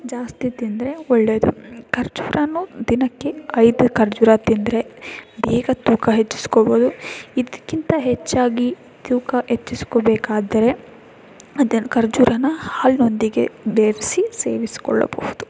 ಜಾಸ್ತಿ ತಿಂದರೆ ಒಳ್ಳೆಯದು ಖರ್ಜುರನೂ ದಿನಕ್ಕೆ ಐದೇ ಖರ್ಜುರ ತಿಂದರೆ ಬೇಗ ತೂಕ ಹೆಚ್ಚಿಸ್ಕೋಬೋದು ಇದಕ್ಕಿಂತ ಹೆಚ್ಚಾಗಿ ತೂಕ ಹೆಚ್ಚಿಸ್ಕೋಬೇಕಾದ್ರೆ ಅದನ್ನ ಖರ್ಜುರಾನಾ ಹಾಲಿನೊಂದಿಗೆ ಬೆರ್ಸಿ ಸೇವಿಸಿಕೊಳ್ಳಬಹುದು